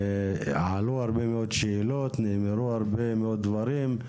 עלו הרבה מאוד שאלות, נאמרו הרבה מאוד דברים.